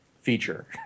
feature